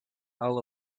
all